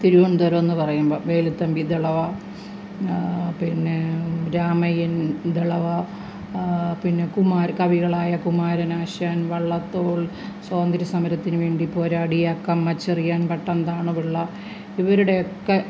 തിരുവനന്തപുരമെന്ന് പറയുമ്പോള് വേലുത്തമ്പിദളവാ പിന്നെ രാമയ്യൻ ദളവാ പിന്നെ കവികളായ കുമാരനാശാൻ വള്ളത്തോൾ സ്വാതന്ത്ര്യസമരത്തിനുവേണ്ടി പോരാടിയ അക്കമ്മച്ചെറിയാൻ പട്ടം താണുപിള്ള ഇവരുടെയൊക്കെ